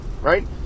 right